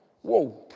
Whoa